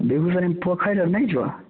बेगूसरायमे पोखरि आर नहि छौ